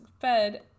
fed